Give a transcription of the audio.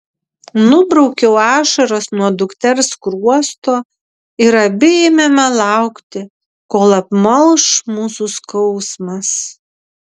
nubraukiau ašaras nuo dukters skruosto ir abi ėmėme laukti kol apmalš mūsų skausmas